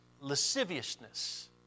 lasciviousness